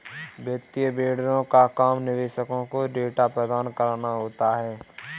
वित्तीय वेंडरों का काम निवेशकों को डेटा प्रदान कराना होता है